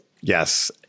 Yes